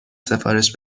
سفارش